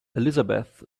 elizabeth